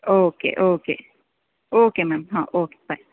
okay okay okay ma'am ಹಾಂ okay by